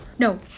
No